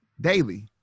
daily